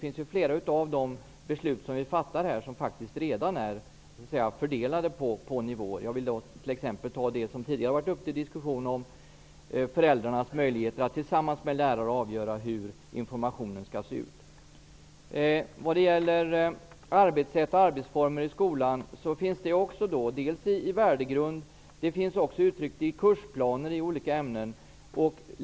I flera av de beslut som vi skall fatta har ansvaret redan fördelats på olika nivåer. Jag kan t.ex. nämna det som tidigare har varit uppe till diskussion, dvs. föräldrarnas möjligheter att tillsammans med lärare avgöra hur informationen skall se ut. Vad gäller arbetssätt och arbetsformer i skolan finns detta uttryckt dels i värdegrund, dels i kursplaner i olika ämnen.